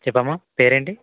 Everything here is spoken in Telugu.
చెప్పమ్మ పేరేంటి